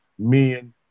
Men